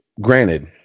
granted